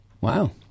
Wow